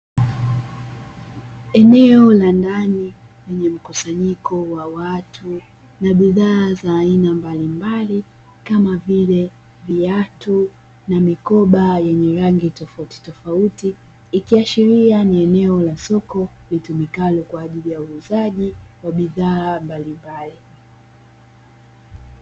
Eneo la ndani lenye mkusanyiko wa watu na bidhaa za aina mbalimbali kama vile viatu na mikoba yenye rangi tofautitofauti, ikiashiria ni eneo la soko litumikalo kwa ajili ya uuzaji wa bidhaa mbalimbali.